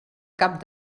cap